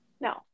No